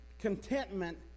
contentment